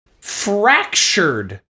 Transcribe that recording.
Fractured